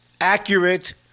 accurate